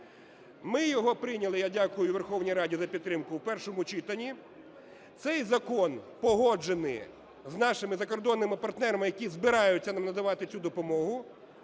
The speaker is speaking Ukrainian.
Ми його прийняли, я дякую Верховній Раді за підтримку, в першому читанні. Цей закон погоджений з нашими закордонними партнерами, які збираються нам надавати цю допомогу.